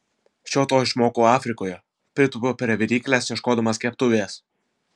šio to išmokau afrikoje pritupiu prie viryklės ieškodamas keptuvės